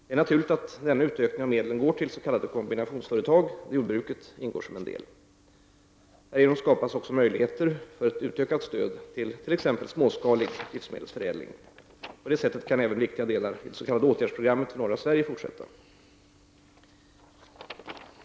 Det är naturligt att denna utökning av medlen går till s.k. kombinationsföretag, där jordbruket ingår som en del. Härigenom skapas även möjligheter för ett utökat stöd till t.ex. småskalig livsmedelsförädling. På detta sätt kan även viktiga delar i det s.k. åtgärdsprogrammet för norra Sverige fortsätta.